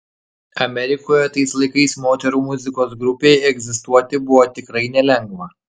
amerikoje tais laikais moterų muzikos grupei egzistuoti buvo tikrai nelengva